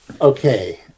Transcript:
Okay